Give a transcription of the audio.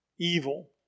Evil